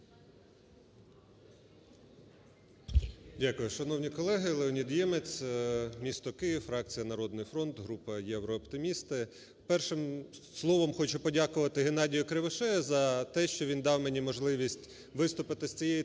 Дякую. Шановні колеги! Леонід Ємець, місто Київ, фракція "Народний фронт", група "Єврооптимісти". Першим словом хочу подякувати Геннадію Кривошею за те, що він дав мені можливість виступити з цієї